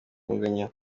kunganya